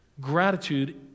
Gratitude